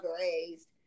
raised